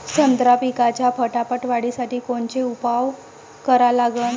संत्रा पिकाच्या फटाफट वाढीसाठी कोनचे उपाव करा लागन?